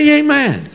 amen